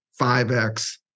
5x